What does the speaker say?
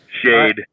Shade